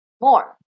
more